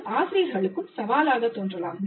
இது ஆசிரியர்களுக்கும் சவாலாகத் தோன்றலாம்